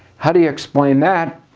how do you explain that?